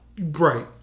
Right